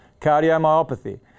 Cardiomyopathy